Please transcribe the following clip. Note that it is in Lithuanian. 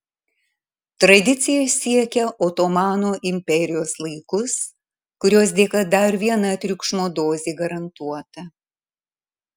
tradicija siekia otomano imperijos laikus kurios dėka dar viena triukšmo dozė garantuota